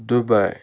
Dubai